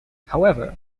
however